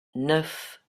neuf